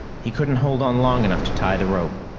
he couldn't hold on long enough to tie the rope.